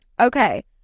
Okay